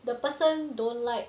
the person don't like